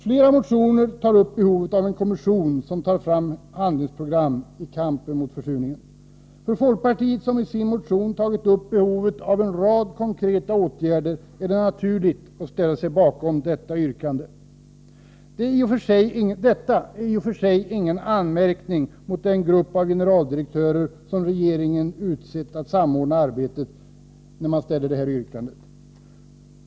Flera motioner tar upp behovet av en kommission som tar fram handlingsprogram i kampen mot försurningen. För folkpartiet, som i sin motion tagit upp behovet av en rad konkreta åtgärder, är det naturligt att ställa sig bakom detta yrkande. Det är i och för sig ingen anmärkning, när man ställer detta yrkande, mot den grupp av generaldirektörer som regeringen utsett att samordna arbetet.